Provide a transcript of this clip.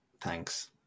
Thanks